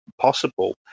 possible